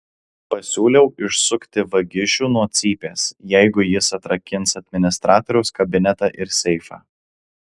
pasiūliau išsukti vagišių nuo cypės jeigu jis atrakins administratoriaus kabinetą ir seifą